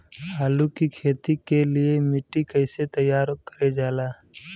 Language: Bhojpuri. आलू की खेती के लिए मिट्टी कैसे तैयार करें जाला?